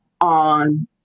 on